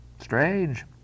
strange